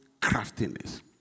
craftiness